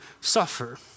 suffer